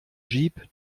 jeep